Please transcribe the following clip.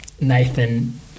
Nathan